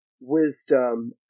wisdom